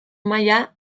maila